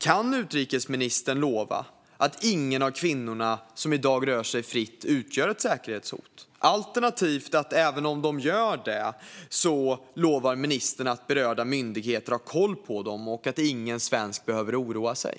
Kan utrikesministern lova att ingen av kvinnorna som i dag rör sig fritt utgör ett säkerhetshot? Alternativt, om de gör det, lovar ministern att berörda myndigheter har koll på dem och att ingen svensk behöver oroa sig?